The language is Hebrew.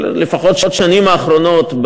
לפחות של השנים האחרונות,